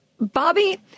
Bobby